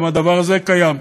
גם הדבר הזה קיים.